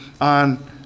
on